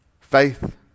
Faith